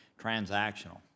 transactional